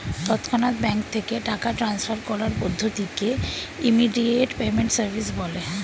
তৎক্ষণাৎ ব্যাঙ্ক থেকে টাকা ট্রান্সফার করার পদ্ধতিকে ইমিডিয়েট পেমেন্ট সার্ভিস বলে